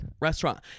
restaurant